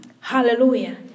Hallelujah